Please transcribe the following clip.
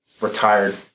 retired